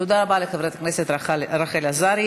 תודה רבה לחברת הכנסת רחל עזריה.